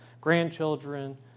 grandchildren